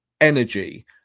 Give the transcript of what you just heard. energy